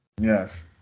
Yes